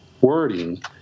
wording